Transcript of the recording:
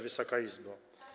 Wysoka Izbo!